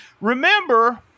remember